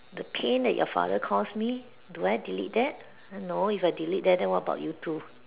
the pain that your father cause me do I delete that no if I delete that then what about you two